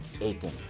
Aiken